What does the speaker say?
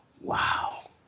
wow